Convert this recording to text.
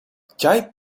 tgei